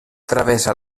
travessa